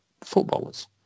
footballers